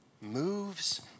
moves